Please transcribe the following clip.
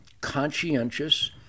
conscientious